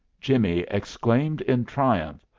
jimmie exclaimed in triumph.